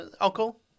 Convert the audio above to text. uncle